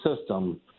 system